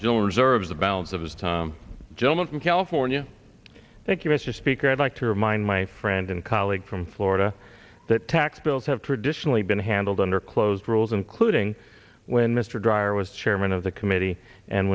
jill reserves the balance of his time gentleman from california thank you mr speaker i'd like to remind my friend and colleague from florida that tax bills have traditionally been handled under close rules including when mr dreier was chairman of the committee and